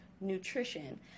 nutrition